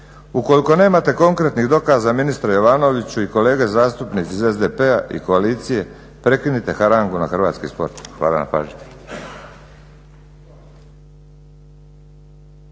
ukoliko nemate konkretnih dokaza ministre Jovanoviću i kolege zastupnici iz SDP-a i koalicije, prekinite harangu na hrvatski sport. Hvala na pažnji.